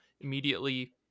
immediately